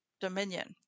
dominion